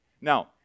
Now